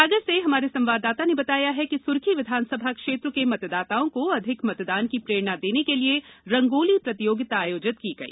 सागर से हमारे संवाददाता ने बताया कि सुरखी विधानसभा क्षेत्र के मतदाताओं को अधिक मतदान की प्रेरणा देने के लिए रंगोली प्रतियोगिता आयोजित की गई